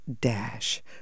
dash